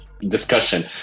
discussion